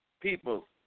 people